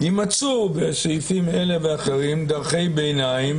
יימצאו בסעיפים אלה ואחרים דרכי ביניים